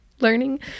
learning